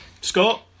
Scott